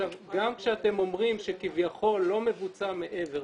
גם כשאתם אומרים שכביכול לא מבוצע מעבר,